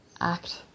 act